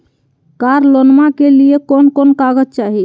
कार लोनमा के लिय कौन कौन कागज चाही?